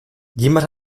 jemand